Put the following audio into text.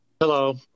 Hello